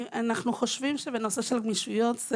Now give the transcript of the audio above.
אנחנו חושבים שבנושא של גמישויות,